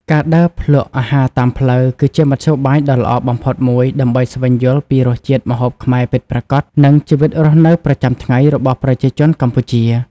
ការដើរភ្លក្សអាហារតាមផ្លូវ គឺជាមធ្យោបាយដ៏ល្អបំផុតមួយដើម្បីស្វែងយល់ពីរសជាតិម្ហូបខ្មែរពិតប្រាកដ និងជីវិតរស់នៅប្រចាំថ្ងៃរបស់ប្រជាជនកម្ពុជា ។